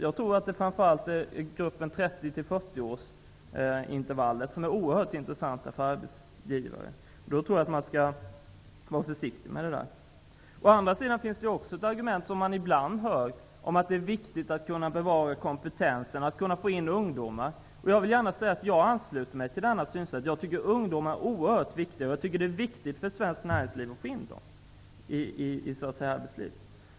Jag tror att det framför allt är gruppen 35--40-åringar som är oerhört intressant för arbetsgivaren. Man bör nog iakkta litet försiktighet här. Å andra sidan kan man ibland höra argumentet att det är viktigt att kunna bevara kompetensen och att kunna få in ungdomar. Jag ansluter mig till detta synsätt. Jag tycker att ungdomar är oerhört viktiga, och det är viktigt för svenskt näringsliv att få in ungdomar i arbetslivet.